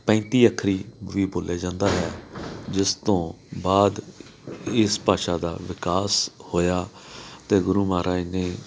ਪੈਂਤੀ ਅੱਖਰੀ ਵੀ ਬੋਲਿਆ ਜਾਂਦਾ ਹੈ ਜਿਸ ਤੋਂ ਬਾਅਦ ਇਸ ਭਾਸ਼ਾ ਦਾ ਵਿਕਾਸ ਹੋਇਆ ਅਤੇ ਗੁਰੂ ਮਹਾਰਾਜ ਨੇ